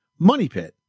MONEYPIT